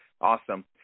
Awesome